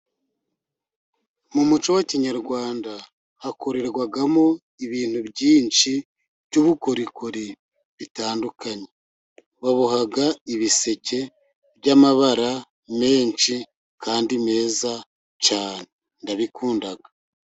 Mu muco wa kinyarwanda, hakorerwamo ibintu byinshi by'ubukorikori bitandukanye, baboha ibiseke by'amabara menshi kandi meza cyane ndabikunda.